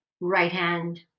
right-hand